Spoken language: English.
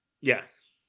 Yes